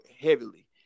heavily